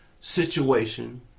situation